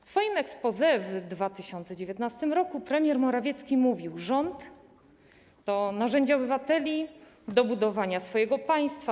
W swoim exposé w 2019 r. premier Morawiecki mówił: Rząd to narzędzie obywateli do budowania swojego państwa.